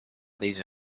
deze